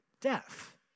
death